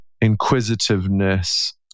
inquisitiveness